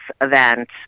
event